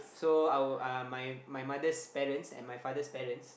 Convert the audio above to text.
so our uh my my mother's parents and my father's parents